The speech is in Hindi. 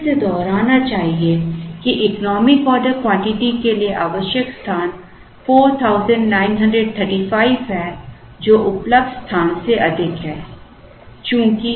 मुझे फिर से दोहराना चाहिए कि इकोनॉमिक ऑर्डर क्वांटिटी के लिए आवश्यक स्थान 4935 है जो उपलब्ध स्थान से अधिक है